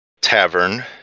tavern